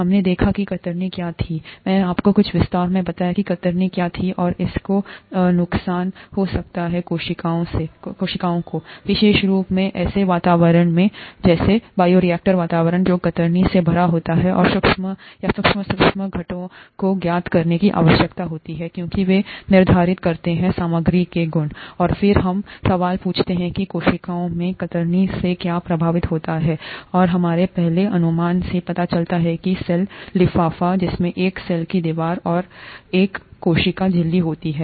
हमने देखा कि कतरनी क्या थी मैंने आपको कुछ विस्तार से बताया कि कतरनी क्या थी और इससेको नुकसान हो सकता है कोशिकाओं विशेष रूप से ऐसे वातावरण में जैसे बायोरिएक्टर वातावरण जो कतरनी से भरा होता है और सूक्ष्म या सूक्ष्म सूक्ष्म घटकों को ज्ञात करने की आवश्यकता होती है क्योंकि वे निर्धारित करते हैं सामग्री के गुण और फिर हम सवाल पूछते हैं कि कोशिकाओं में कतरनी से क्या प्रभावित होता है और हमारे पहले अनुमान से पता चलता है एक सेल लिफाफा जिसमें एक सेल की दीवार और एक कोशिका झिल्ली होती है